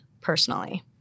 personally